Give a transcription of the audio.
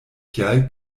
tial